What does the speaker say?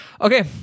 okay